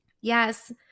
Yes